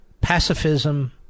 pacifism